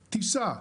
טיסה,